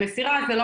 קודם כל אין נתונים,